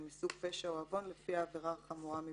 מסוג פשע או עוון לפי העבירה החמורה מביניהן".